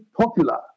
popular